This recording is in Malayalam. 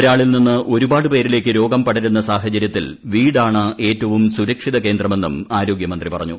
ഒരാളിൽ നിന്ന് ഒരുപാട് പേരിലേക്ക് രോഗം പടരുന്ന സാഹചര്യത്തിൽ വീടാണ് ഏറ്റവും സുരക്ഷിത കേന്ദ്രമെന്നും ആരോഗ്യമന്ത്രി പറഞ്ഞു